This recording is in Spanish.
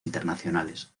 internacionales